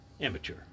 Amateur